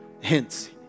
hints